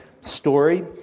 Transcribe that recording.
story